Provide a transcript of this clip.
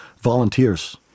volunteers